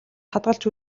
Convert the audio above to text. хадгалж